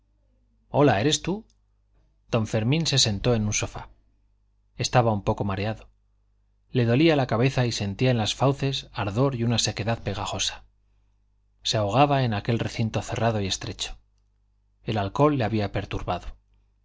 hola eres tú don fermín se sentó en un sofá estaba un poco mareado le dolía la cabeza y sentía en las fauces ardor y una sequedad pegajosa se ahogaba en aquel recinto cerrado y estrecho el alcohol le había perturbado